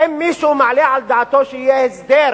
האם מישהו מעלה על דעתו שיהיה הסדר,